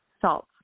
salt